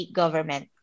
government